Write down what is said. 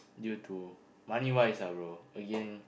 due to money wise ah bro again